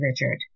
Richard